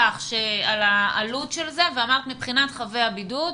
מבחינת הביקוש,